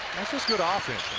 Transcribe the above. this is good ah offense.